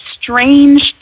strange